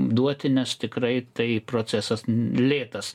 duoti nes tikrai tai procesas lėtas